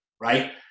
right